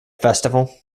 festival